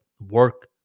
work